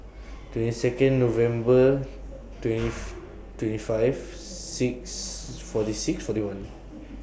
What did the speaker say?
twenty Second November twentieth twenty five six forty six forty one